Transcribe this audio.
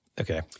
okay